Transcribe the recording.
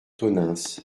tonneins